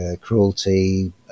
cruelty